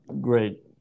great